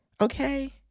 Okay